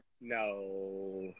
No